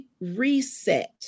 reset